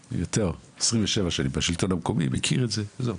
יותר, 27 שנים בשלטון המקומי, מכיר את זה, עזוב.